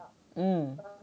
mm